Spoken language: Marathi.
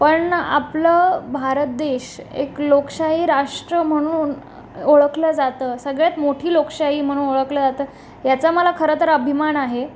पण आपलं भारत देश एक लोकशाही राष्ट्र म्हणून ओळखलं जातं सगळ्यात मोठी लोकशाही म्हणून ओळखलं जातं याचा मला खरंतर अभिमान आहे